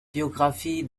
biographie